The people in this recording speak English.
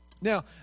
Now